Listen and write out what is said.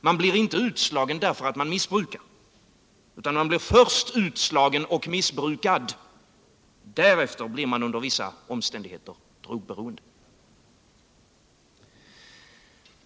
Man blir inte utslagen för att man missbrukar. Man blir först utslagen och missbrukad, därefter blir man under vissa omständigheter drogberoende.